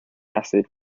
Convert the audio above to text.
acid